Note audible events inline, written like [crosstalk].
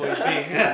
[laughs]